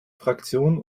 fraktion